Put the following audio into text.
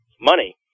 money